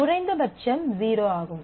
குறைந்தபட்சம் 0 ஆகும்